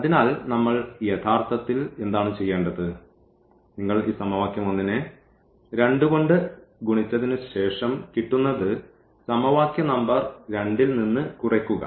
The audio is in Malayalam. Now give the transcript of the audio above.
അതിനാൽ നമ്മൾ യഥാർത്ഥത്തിൽ എന്താണ് ചെയ്യേണ്ടത് നിങ്ങൾ ഈ സമവാക്യം 1 നെ 2 കൊണ്ട് ഗുണിച്ചതിനുശേഷം കിട്ടുന്നത് സമവാക്യ നമ്പർ 2 ൽ നിന്ന് കുറയ്ക്കുക